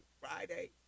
Friday